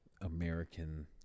American